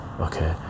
okay